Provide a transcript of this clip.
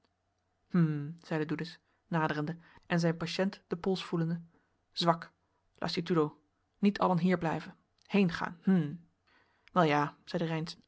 zeide doedes naderende en zijn patiënt den pols voelende zwak lassitudo niet allen hier blijven heengaan hm wel ja